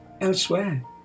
elsewhere